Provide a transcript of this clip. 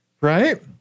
Right